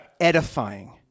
edifying